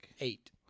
Eight